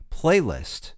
playlist